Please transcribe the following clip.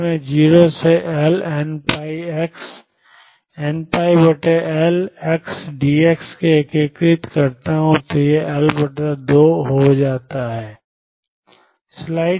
अगर मैं 0 से L nπLx dx में एकीकृत करता हूं तो यह L2 हो जाता है